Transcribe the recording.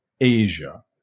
Asia